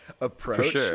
approach